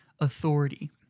authority